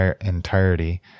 entirety